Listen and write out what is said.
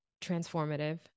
transformative